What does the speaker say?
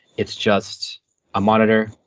it's just a monitor,